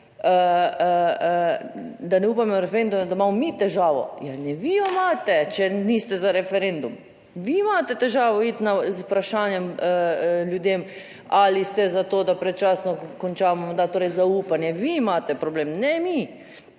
da ne upamo na referendum, da imamo mi težavo. Ja, ne, vi jo imate, če niste za referendum, vi imate težavo iti z vprašanjem ljudem ali ste za to, da predčasno končamo mandat, torej zaupanje. Vi imate problem ne mi.